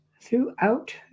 throughout